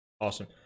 Awesome